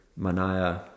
Manaya